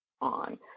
on